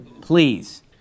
Please